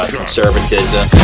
conservatism